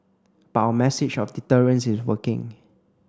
but our message of deterrence is working